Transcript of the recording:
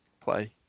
play